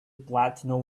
platinum